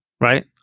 right